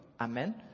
Amen